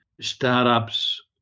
startups